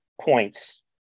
points